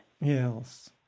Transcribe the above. yes